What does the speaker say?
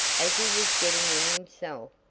as he was getting in himself,